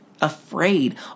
afraid